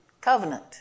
Covenant